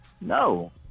No